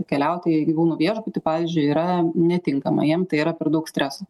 keliauti į gyvūnų viešbutį pavyzdžiui yra netinkama jiem tai yra per daug streso